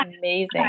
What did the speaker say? amazing